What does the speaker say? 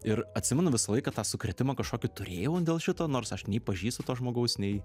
ir atsimenu visą laiką tą sukrėtimą kažkokį turėjau dėl šito nors aš nei pažįstu to žmogaus nei